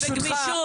בגמישות, בגמישות.